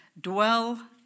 Dwell